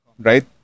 right